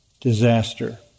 disaster